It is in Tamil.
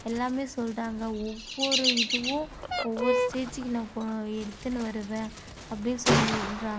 எல்லாமே சொல்கிறாங்க ஒவ்வொரு இதுவும் ஒவ்வொரு ஸ்டேஜிக்கு நான் கு எடுத்துன்னு வருவேன் அப்படின் சொல்றாங்க